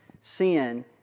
sin